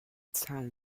zahlen